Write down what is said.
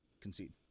concede